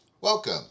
Welcome